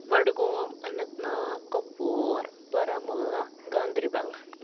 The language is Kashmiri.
بڈگوم اننت ناگ کۄپوور بارہمولہ گاندِربَل